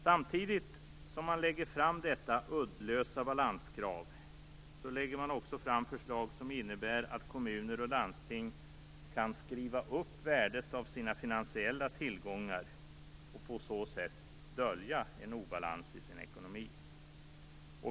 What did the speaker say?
Samtidigt som man lägger fram detta uddlösa balanskrav lägger man fram förslag som innebär att kommuner och landsting kan skriva upp värdet av sina finansiella tillgångar och på så sätt dölja en obalans i sin ekonomi.